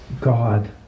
God